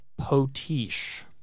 Potiche